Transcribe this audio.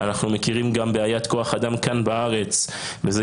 אנחנו מכירים גם בעיית כוח אדם כאן בארץ וזה